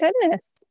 goodness